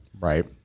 Right